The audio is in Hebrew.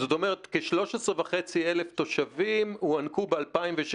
זאת אומרת, לכ-13,500 תושבים הוענקו ב-2016